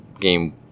Game